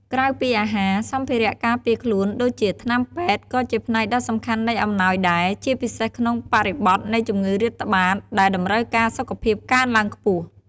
ក្រៅពីអាហារ សម្ភារៈការពារខ្លួន ដូចជាថ្នាំពេទ្យ ក៏ជាផ្នែកដ៏សំខាន់នៃអំណោយដែរ ជាពិសេសក្នុងបរិបទនៃជំងឺរាតត្បាត ដែលតម្រូវការសុខភាពកើនឡើងខ្ពស់។